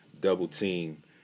double-team